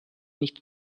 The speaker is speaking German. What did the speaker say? nicht